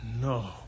No